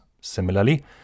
Similarly